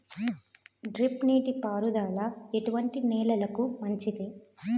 Drip నీటి పారుదల ఎటువంటి నెలలకు మంచిది?